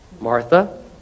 Martha